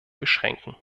beschränken